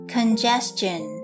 Congestion